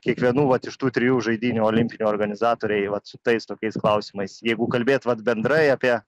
kiekvienų vat iš tų trijų žaidynių olimpinių organizatoriai vat su tais tokiais klausimais jeigu kalbėt vat bendrai apie